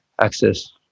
access